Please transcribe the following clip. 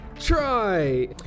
try